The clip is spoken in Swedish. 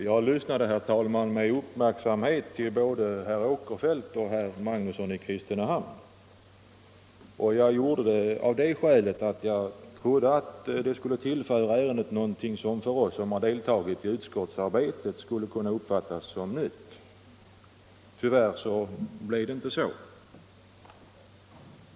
Herr talman! Jag lyssnade med uppmärksamhet till både herr Åkerfeldt och herr Magnusson i Kristinehamn, för jag trodde att de skulle tillföra ärendet någonting som var nytt för oss som har deltagit i utskottsarbetet. Tyvärr blev det inte så.